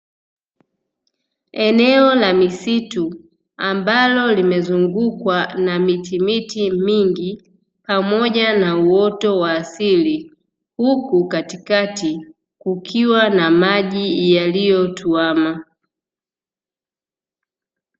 Eneo la misitu ambalo limezungukukwa na miti miti mingi pamoja na uoto wa asili, huku katikati kukiwa na maji yaliyo tuwama.